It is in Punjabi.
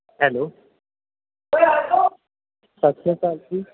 ਹੈਲੋ ਸਤਿ ਸ਼੍ਰੀ ਅਕਾਲ ਜੀ